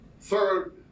Third